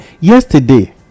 yesterday